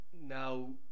now